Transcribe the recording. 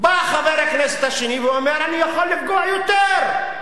בא חבר הכנסת השני ואומר: אני יכול לפגוע יותר.